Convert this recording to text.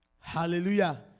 Hallelujah